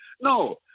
No